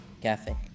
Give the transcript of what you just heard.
cafe